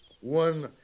One